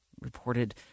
reported